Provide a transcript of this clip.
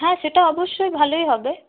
হ্যাঁ সেটা অবশ্যই ভালোই হবে